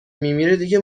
میمیره، دیگه